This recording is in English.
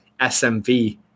SMV